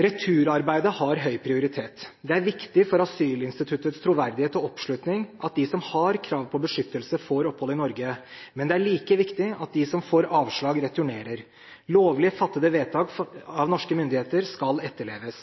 Returarbeidet har høy prioritet. Det er viktig for asylinstituttets troverdighet og oppslutning at de som har krav på beskyttelse, får opphold i Norge. Men det er like viktig at de som får avslag, returnerer. Lovlig fattede vedtak av norske myndigheter skal etterleves.